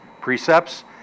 precepts